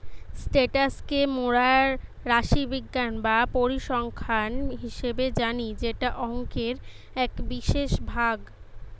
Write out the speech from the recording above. status কে মোরা রাশিবিজ্ঞান বা পরিসংখ্যান হিসেবে জানি যেটা অংকের এক বিশেষ ভাগ